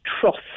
trust